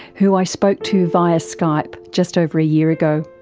who i spoke to via skype just over a year ago.